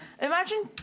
Imagine